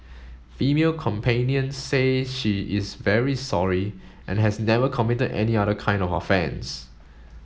female companion says she is very sorry and has never committed any other kind of offence